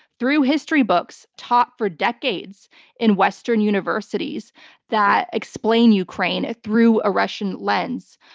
through history books taught for decades in western universities that explain ukraine through a russian lens.